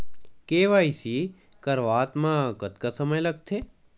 KYC करवात म कतका समय लगथे?